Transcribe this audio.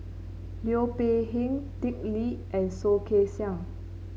Liu Peihe Dick Lee and Soh Kay Siang